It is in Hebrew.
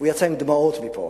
ויצא מפה